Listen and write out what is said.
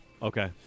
Okay